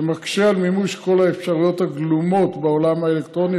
שמקשה על מימוש כל האפשרויות הגלומות בעולם האלקטרוני.